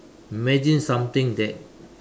imagine something that